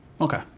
Okay